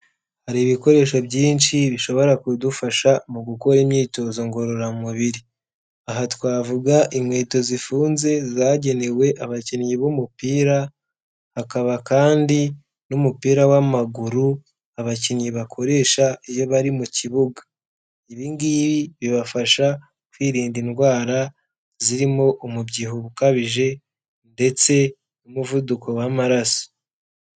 Hari ibikoresho byinshi bishobora kudufasha mu gukora imyitozo ngororamubiri, aha twavuga inkweto zifunze zagenewe abakinnyi b'umupira, hakaba kandi n'umupira w'amaguru abakinnyi bakoresha iyo bari mu kibuga. Ibingibi bibafasha kwirinda indwara zirimo umubyibuho ukabije ndetse n'umuvuduko w'amaraso.